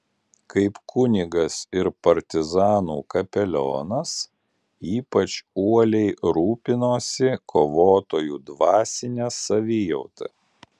kaip kunigas ir partizanų kapelionas ypač uoliai rūpinosi kovotojų dvasine savijauta